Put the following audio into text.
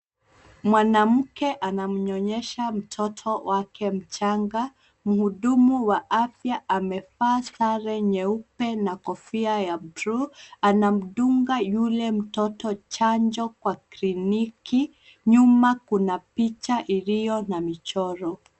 Mwanamke anamnyonyesha mtoto wake mchanga. Mhudumu wa afya amevaa sare nyeupe na kofia ya bluu. Anamdunga yule mtoto chanjo kwa kliniki. Nyuma kuna picha iliyo na michoro.